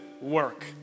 work